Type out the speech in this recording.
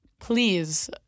please